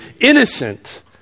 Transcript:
innocent